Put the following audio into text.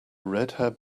redhaired